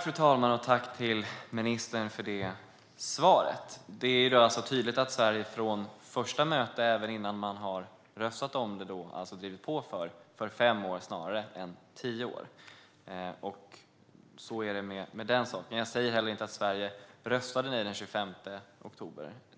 Fru talman! Tack, ministern, för svaret! Det är tydligt att Sverige alltså från det första mötet, även innan man röstade om det, har drivit på för fem år snarare än tio år. Så är det med den saken. Jag säger inte att Sverige röstade nej